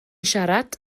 siarad